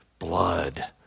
Blood